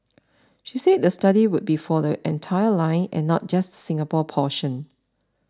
she said the study would be for the entire line and not just Singapore portion